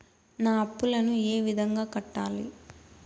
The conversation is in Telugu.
నా అప్పులను ఏ విధంగా కట్టాలి?